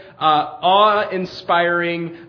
awe-inspiring